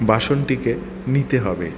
বাসনটিকে নিতে হবে